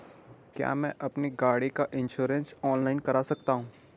क्या मैं अपनी गाड़ी का इन्श्योरेंस ऑनलाइन कर सकता हूँ?